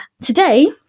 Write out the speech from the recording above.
today